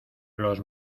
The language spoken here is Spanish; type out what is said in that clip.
los